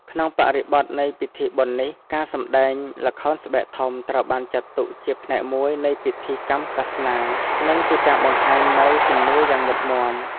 ក្នុងបរិបទនៃពិធីបុណ្យនេះ ការសម្តែងល្ខោនស្បែកធំ ត្រូវបានចាត់ទុកជាផ្នែកមួយនៃពិធីកម្មសាសនា និងជាការបង្ហាញនូវជំនឿយ៉ាងមុតមាំ។